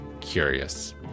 curious